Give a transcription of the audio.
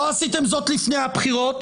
לא עשיתם זאת לפני הבחירות,